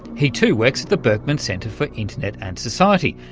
he too works at the berkman center for internet and society,